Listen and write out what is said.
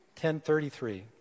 1033